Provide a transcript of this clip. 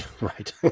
right